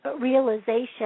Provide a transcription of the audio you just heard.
realization